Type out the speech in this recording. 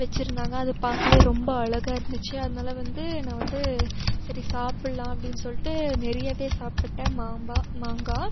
வச்சிருந்தாங்க அது பார்க்கவே ரொம்ப அழகாக இருந்துச்சு அதனால் வந்து நான் வந்து சரி சாப்புடலாம் அப்படின் சொல்லிட்டு நிறையவே சாப்பிட்டேன் மாம்பா மாங்காய்